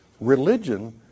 religion